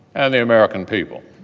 and the american people.